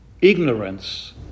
ignorance